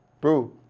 Bro